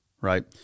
right